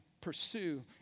pursue